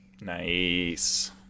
nice